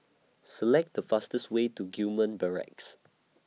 Select The fastest Way to Gillman Barracks